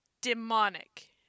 demonic